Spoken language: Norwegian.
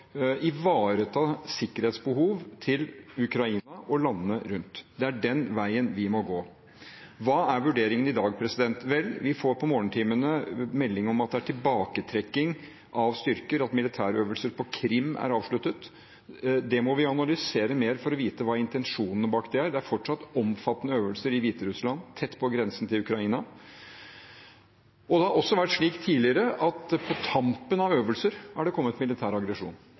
ivareta sikkerhetsbehovet til Ukraina og landene rundt. Det er den veien vi må gå. Hva er vurderingen i dag? Vel, vi får i morgentimene melding om at det er tilbaketrekking av styrker, og at militærøvelsen på Krim er avsluttet. Vi må analysere dette mer for å vite hva intensjonene bak det er. Det er fortsatt omfattende øvelser i Hviterussland, tett på grensen til Ukraina. Det har også vært slik tidligere at det på tampen av øvelser har kommet militær aggresjon.